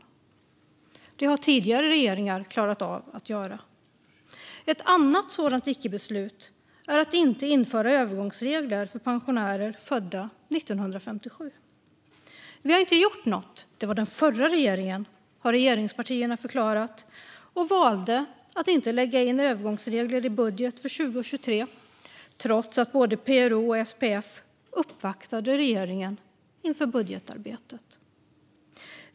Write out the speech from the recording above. Detta har tidigare regeringar klarat av att göra. Ett annat sådant icke-beslut är att inte införa övergångsregler för pensionärer födda 1957. Vi har inte gjort något - det var den förra regeringen, förklarade regeringspartierna och valde att inte lägga in övergångsregler i budgeten för 2023, trots att både PRO och SPF uppvaktade regeringen inför budgetarbetet.